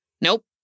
Nope